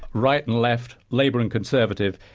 right and left, labor and conservative,